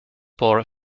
por